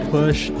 push